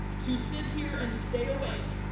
to sit here and stay awake,